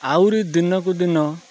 ଆହୁରି ଦିନକୁ ଦିନ